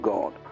God